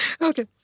Okay